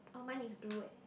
oh mine is blue eh